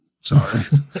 Sorry